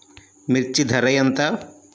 మిర్చి ధర ఎంత?